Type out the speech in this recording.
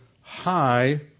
high